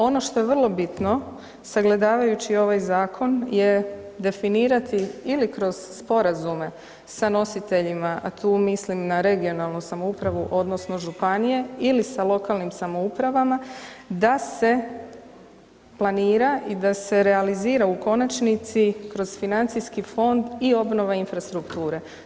Ono što je vrlo bitno sagledavajući ovaj zakon je definirati ili kroz sporazume sa nositeljima, a tu mislim na regionalnu samoupravu odnosno županije ili sa lokalnim samoupravama da se planira i da se realizira u konačnici kroz financijski fond i obnova infrastrukture.